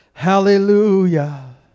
Hallelujah